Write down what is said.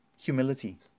humility